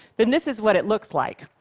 then this is what it looks like.